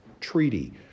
treaty